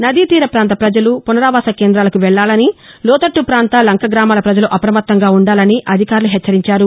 నదీతీర ప్రాంత ప్రజలు పునరావాస కేందాలకు వెళ్లాలని లోతట్లు ప్రాంత లంకగ్రామల ప్రజలు అప్రమత్తంగా ఉ ండాలని అధికారులు హెచ్చరించారు